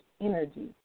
energy